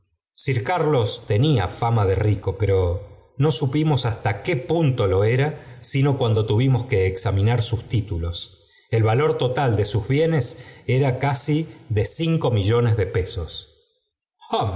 car loe tenía fama de rico pero no supi mos hasta qué punto lo era sino cuando tuvimos í que examinar sus títulos el valor total de sus m bienes era casi de cinco millones de pesos